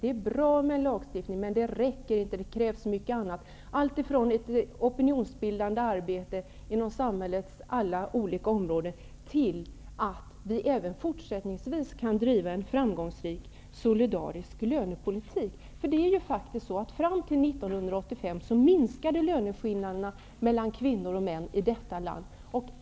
Det är bra med lagstiftning, men det krävs mycket annat, alltifrån ett opinionsbildande arbete inom samhällets alla olika områden till att vi även fortsättningsvis skall driva en framgångsrik solidarisk lönepolitik. Löneskillnaderna mellan kvinnor och män minskade faktiskt i detta land fram till 1985.